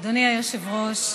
אדוני היושב-ראש,